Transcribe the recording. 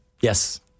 Yes